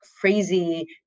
crazy